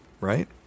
right